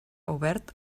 obert